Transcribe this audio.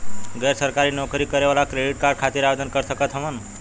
गैर सरकारी नौकरी करें वाला क्रेडिट कार्ड खातिर आवेदन कर सकत हवन?